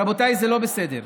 רבותיי, זה לא בסדר.